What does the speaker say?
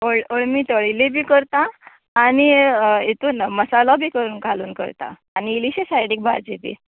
अळ अळमीं तळिल्लीं बी करता आनी हेतून मसालो बी घालून करता आनी इल्लीशीं सायडीक भाजी बी